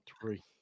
three